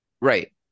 right